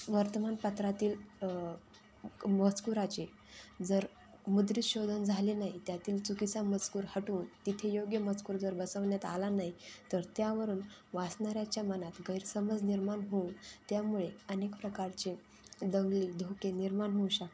वर्तमानपत्रातील मजकुराचे जर मुद्रित शोधन झाले नाही त्यातील चुकीचा मजकूर हटवून तिथे योग्य मजकूर जर बसवण्यात आला नाही तर त्यावरून वाचणाऱ्याच्या मनात गैरसमज निर्माण होऊन त्यामुळे अनेक प्रकारचे दंगली धोके निर्माण होऊ शकतं